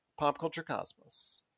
PopCultureCosmos